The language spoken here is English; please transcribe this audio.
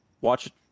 watch